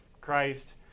Christ